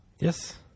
Yes